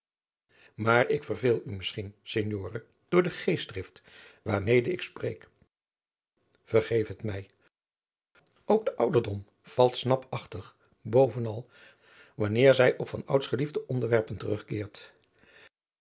maar ik verveel u misschien signore door de geestdrift waarmede ik spreek vergeef het mij ook de ouderdom valt snapachtig bovenal wanneer zij op van ouds geliefde onderwerpen terugkeert